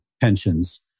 pensions